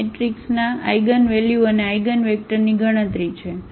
અહીં આ મેટ્રિક્સના આઇગનવેલ્યુ અને આઇગનવેક્ટરની ગણતરી છે